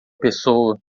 pessoa